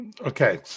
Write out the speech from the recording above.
Okay